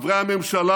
חברי הממשלה